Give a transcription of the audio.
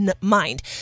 mind